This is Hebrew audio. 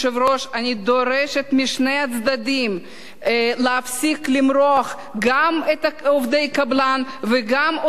דורשת משני הצדדים להפסיק למרוח גם את עובדי הקבלן וגם אותנו,